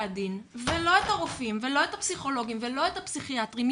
הדין ולא את הרופאים ולא את הפסיכולוגים ולא את הפסיכיאטרים.